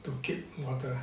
to keep water